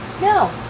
No